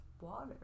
water